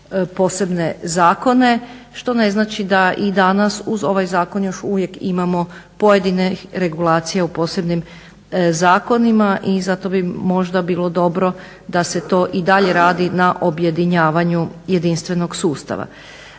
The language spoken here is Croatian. posebne zakone što ne znači da i danas uz ovaj zakon još uvijek imamo pojedine regulacije u posebnim zakonima. I zato bi možda bilo dobro da se to i dalje radi na objedinjavanju jedinstvenog sustava.